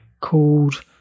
called